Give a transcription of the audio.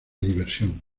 diversión